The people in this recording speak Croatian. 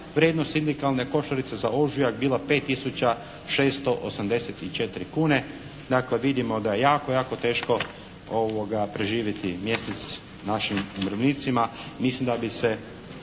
vrijednost sindikalne košarice za ožujak bila 5 tisuća 684 kune. Dakle, vidimo da je jako, jako teško preživjeti mjesec našim umirovljenicima. Mislim da bi se